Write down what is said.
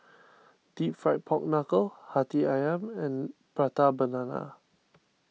Deep Fried Pork Knuckle Hati Ayam and Prata Banana